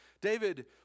David